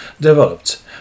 developed